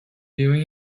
doing